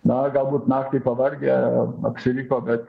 na galbūt naktį pavargę apsiriko bet